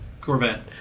Corvette